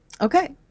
Okay